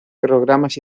programas